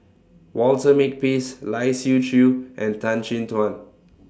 Walter Makepeace Lai Siu Chiu and Tan Chin Tuan